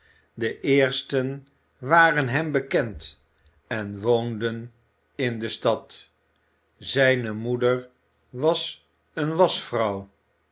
de eersten waren hem bekend en woonden in de stad zijne moeder was eene